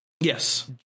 Yes